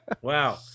Wow